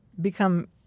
become